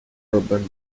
urban